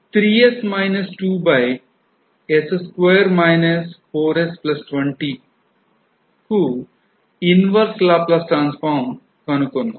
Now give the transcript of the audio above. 3s 2s2 4s20కు inverse laplace transform కనుగొందాం